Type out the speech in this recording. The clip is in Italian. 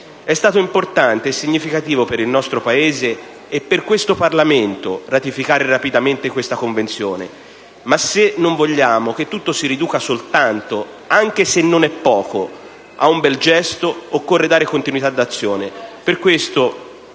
È stato importante e significativo, per il nostro Paese e per questo Parlamento, ratificare rapidamente questa Convenzione, ma se non vogliamo che tutto si riduca soltanto (anche se non è poco) a un bel gesto occorre dare continuità d'azione. Per questo